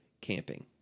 camping